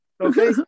Okay